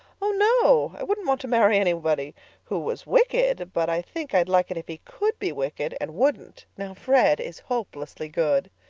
oh, no i wouldn't want to marry anybody who was wicked, but i think i'd like it if he could be wicked and wouldn't. now, fred is hopelessly good.